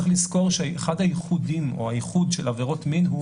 צריך לזכור שהייחוד של עבירות מין הוא